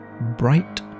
bright